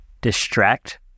distract